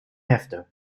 hefte